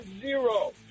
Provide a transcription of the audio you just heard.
zero